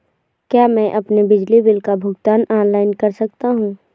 क्या मैं अपने बिजली बिल का भुगतान ऑनलाइन कर सकता हूँ?